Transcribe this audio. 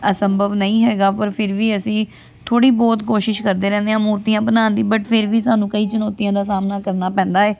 ਅਸੰਭਵ ਨਹੀਂ ਹੈਗਾ ਪਰ ਫਿਰ ਵੀ ਅਸੀਂ ਥੋੜ੍ਹੀ ਬਹੁਤ ਕੋਸ਼ਿਸ਼ ਕਰਦੇ ਰਹਿੰਦੇ ਹਾਂ ਮੂਰਤੀਆਂ ਬਣਾਉਣ ਦੀ ਬਟ ਫਿਰ ਵੀ ਸਾਨੂੰ ਕਈ ਚੁਣੌਤੀਆਂ ਦਾ ਸਾਹਮਣਾ ਕਰਨਾ ਪੈਂਦਾ ਹੈ